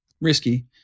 risky